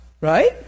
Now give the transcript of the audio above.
Right